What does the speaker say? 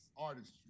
artistry